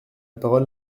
parole